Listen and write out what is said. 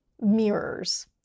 mirrors